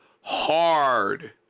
hard